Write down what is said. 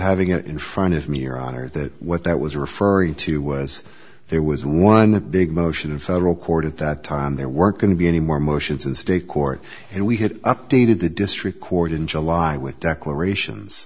having it in front of me your honor that what that was referring to was there was one big motion in federal court at that time there weren't going to be any more motions in state court and we had updated the district court in july with declarations